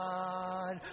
God